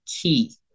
key